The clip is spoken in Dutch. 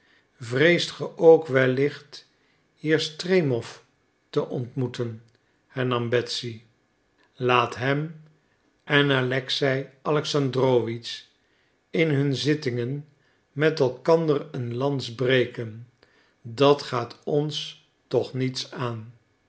vreest ge ook wellicht hier stremow te ontmoeten hernam betsy laat hem en alexei alexandrowitsch in hun zittingen met elkander een lans breken dat gaat ons toch niets aan